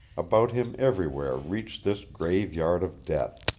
about him everywhere reached this graveyard of death,